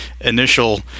initial